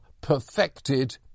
perfected